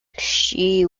she